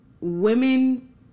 women